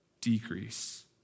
decrease